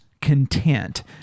content